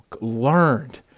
learned